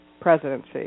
presidency